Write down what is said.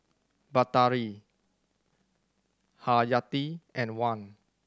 Batari Haryati and Wan